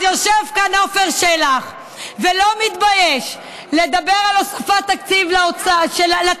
אז יושב כאן עפר שלח ולא מתבייש לדבר על הוספת תקציב לתרבות.